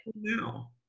now